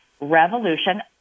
Revolution